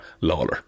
Lawler